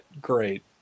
great